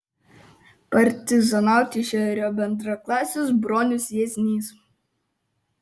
partizanauti išėjo ir jo bendraklasis bronius jieznys